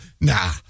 Nah